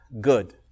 good